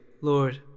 Lord